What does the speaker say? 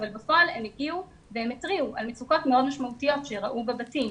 אבל בפועל הם הגיעו והתריעו על מצוקות מאוד משמעותיות שראו בבתים.